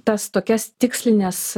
tas tokias tikslines